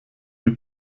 die